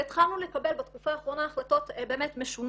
והתחלנו לקבל בתקופה האחרונה החלטות באמת משונות.